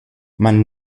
man